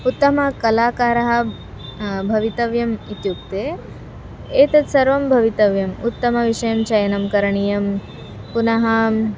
उत्तमकलाकारः भवितव्यम् इत्युक्ते एतत् सर्वं भवितव्यम् उत्तमविषयं चयनं करणीयं पुनः